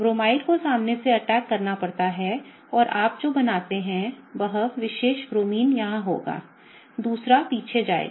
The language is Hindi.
ब्रोमाइड को सामने से अटैक करना पड़ता है और आप जो बनाते हैं यह विशेष ब्रोमीन यहां होगा दूसरा पीछे जाएगा